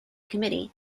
committee